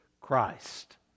Christ